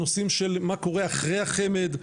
הנושאים של מה קורה אחרי החמ"ד,